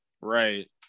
Right